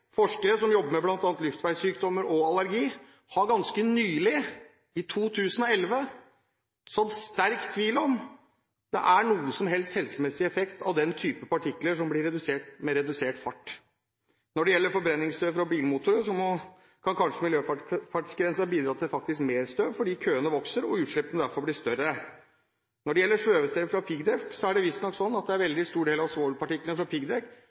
forskere som jobber med bl.a. luftveissykdommer og allergi, har ganske nylig, i 2011, sådd sterk tvil om det er noe som helst helsemessig effekt av den typen partikler som blir redusert med redusert fart. Når det gjelder forbrenningsstøv fra bilmotorene, kan kanskje miljøfartsgrensen bidra til mer støv, fordi køene vokser og utslippene derfor blir større. Når det gjelder svevestøv fra piggdekk, er det visstnok slik at en veldig stor del av svevepartiklene fra